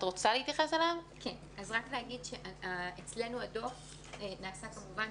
הדוח שלנו נעשה כמובן